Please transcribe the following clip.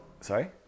sorry